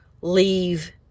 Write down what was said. leave